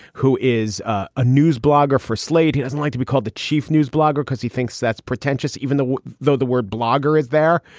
who is a ah news blogger for slate. he doesn't like to be called the chief news blogger because he thinks that's pretentious, even though though the word blogger is there.